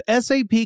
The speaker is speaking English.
SAP